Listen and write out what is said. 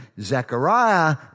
Zechariah